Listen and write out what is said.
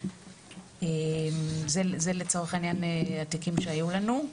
זה לצורך העניין התיקים שהיו לנו.